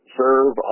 serve